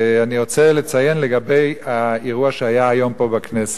אני רוצה לציין לגבי האירוע שהיה היום פה בכנסת.